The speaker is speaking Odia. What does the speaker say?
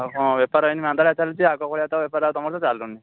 ଆଉ କ'ଣ ବେପାର ଏମିତି ମାନ୍ଦାଳିଆ ଚାଲିଛି ଆଗ ଭଳିଆ ବେପାର ତ ତୁମର ଆଉ ଚାଲୁନି